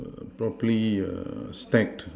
err properly err stacked